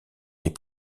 les